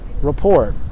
report